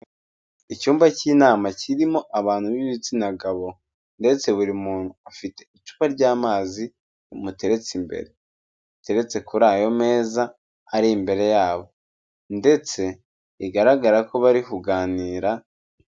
Icyumba cy'inama kirimo abantu b'ibitsina gabo. Ndetse buri muntu afite icupa ry'amazi rimuteretse imbere. Riteretse kuri ayo meza, ari imbere yabo. Ndetse bigaragara ko bari kuganira...